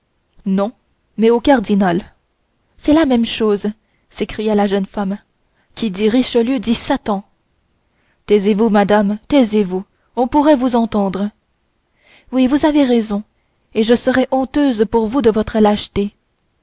non mais au cardinal c'est la même chose s'écria la jeune femme qui dit richelieu dit satan taisez-vous madame taisez-vous on pourrait vous entendre oui vous avez raison et je serais honteuse pour vous de votre lâcheté